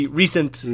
recent